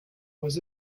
was